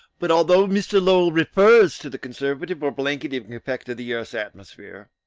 but, although mr. lowell refers to the conservative or blanketing effect of the earth's atmosphere,